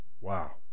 Wow